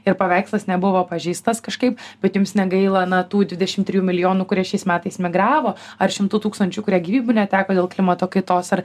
ir paveikslas nebuvo pažeistas kažkaip bet jums negaila na tų dvidešimt trijų milijonų kurie šiais metais migravo ar šimtų tūkstančių kurie gyvybių neteko dėl klimato kaitos ar